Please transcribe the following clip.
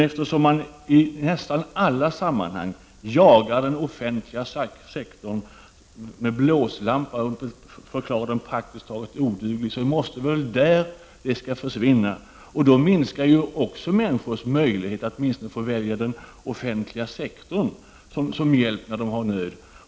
Eftersom man i nästan alla sammanhang jagar den offentliga sektorn med blåslampa och förklarar den praktiskt taget oduglig, måste det vara där pengar skall försvinna. På detta sätt minskas också människors möjlighet att åtminstone få välja den offentliga sektorn som hjälp i nöd.